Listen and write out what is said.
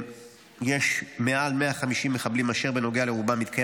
יש מעל 150 מחבלים אשר בנוגע לרובם מתקיים